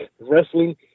wrestling